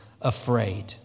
afraid